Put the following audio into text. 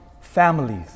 families